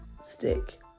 stick